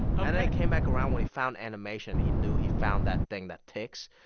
and then he came back around. when he found animation, he knew he found that thing that ticks.